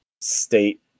state